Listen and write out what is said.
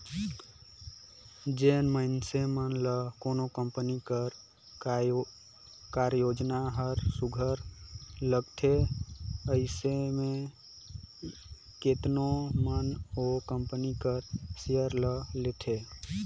जेन मइनसे मन ल कोनो कंपनी कर कारयोजना हर सुग्घर लागथे अइसे में केतनो मन ओ कंपनी कर सेयर ल लेथे